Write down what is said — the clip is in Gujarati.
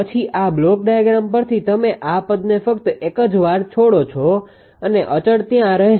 પછી આ બ્લોક ડાયાગ્રામ પરથી તમે આ પદને ફક્ત એક જ વાર છોડો છો અને અચળ ત્યાં રહેશે